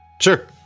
Sure